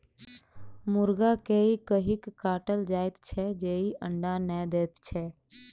मुर्गा के ई कहि क काटल जाइत छै जे ई अंडा नै दैत छै